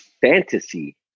fantasy